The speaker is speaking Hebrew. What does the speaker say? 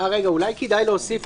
אולי כדאי להוסיף.